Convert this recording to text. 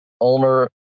ulnar